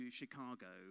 Chicago